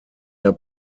der